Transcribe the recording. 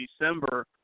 December